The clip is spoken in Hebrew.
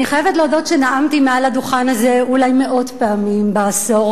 אני חייבת להודות שנאמתי על הדוכן הזה אולי מאות פעמים בעשור